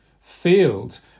field